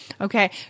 Okay